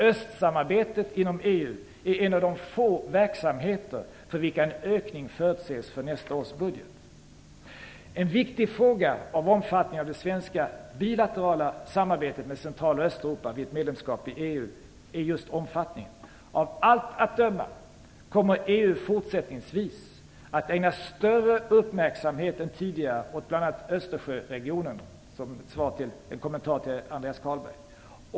Östsamarbetet inom EU är en av de få verksamheter för vilka en ökning förutses i nästa års budget En viktig fråga är omfattningen av det svenska bilaterala samarbetet med Central och Östeuropa vid ett medlemskap i EU. Av allt att döma kommer EU fortsättningsvis att ägna större uppmärksamhet än tidigare åt bl.a. Östersjöregionerna - detta sagt som en kommentar till Andreas Carlgren.